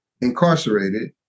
incarcerated